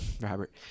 Robert